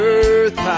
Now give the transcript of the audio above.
earth